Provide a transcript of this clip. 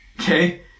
Okay